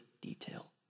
detail